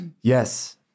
Yes